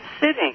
sitting